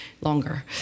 longer